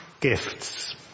Gifts